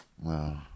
wow